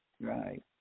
Right